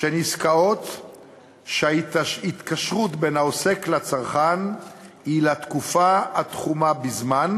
עסקאות שההתקשרות בהן בין העוסק לצרכן היא לתקופה התחומה בזמן,